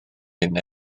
hyn